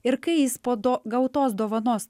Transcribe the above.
ir kai jis po do gautos dovanos